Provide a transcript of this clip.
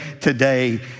today